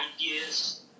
ideas